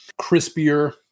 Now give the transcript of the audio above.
crispier